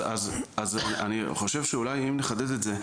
אז אני חושב שאולי אם נחדד את זה,